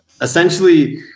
essentially